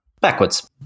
backwards